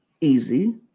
easy